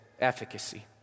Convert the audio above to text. efficacy